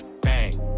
bang